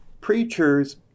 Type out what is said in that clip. Preachers